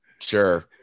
sure